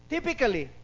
Typically